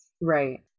Right